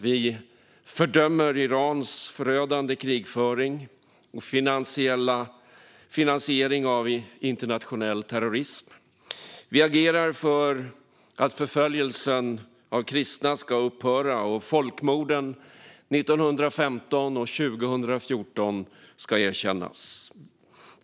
Vi fördömer Irans förödande krigföring och finansiering av internationell terrorism. Vi agerar för att förföljelsen av kristna ska upphöra och för att folkmorden 1915 och 2014 ska erkännas.